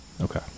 Okay